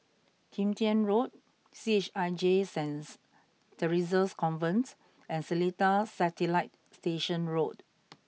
Kim Tian Road C H I J Saint Theresa's Convent and Seletar Satellite Station Road